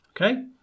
Okay